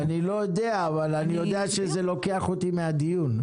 אני לא יודע, אבל אני יודע שזה לוקח אותי מהדיון.